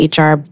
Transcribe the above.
HR